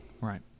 right